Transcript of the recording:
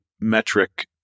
metric